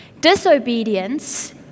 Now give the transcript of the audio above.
Disobedience